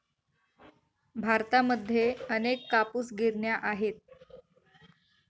भारतामध्ये अनेक कापूस गिरण्या आहेत